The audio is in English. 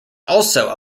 also